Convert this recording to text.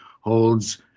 holds